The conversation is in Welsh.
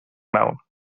mewn